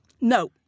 No